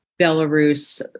Belarus